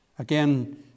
Again